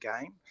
game